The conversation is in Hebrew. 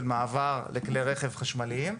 של מעבר לכלי רכב חשמליים,